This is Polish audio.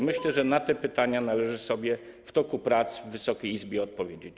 Myślę, że na te pytania należy sobie w toku prac w Wysokiej Izbie odpowiedzieć.